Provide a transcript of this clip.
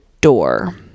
door